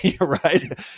right